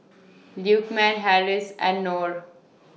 Lukman Harris and Nor